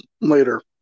later